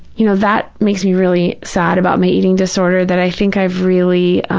you know, that makes me really sad about my eating disorder, that i think i've really